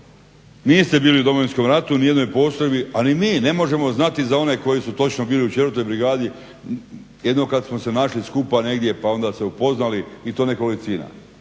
niste bili u Domovinskom ratu u nijednoj postrojbi, a ni mi, ne možemo znati za one koji su točno bili u 4. brigadi, jedino kad smo se našli skupa negdje pa onda se upoznali i to nekolicina.